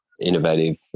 innovative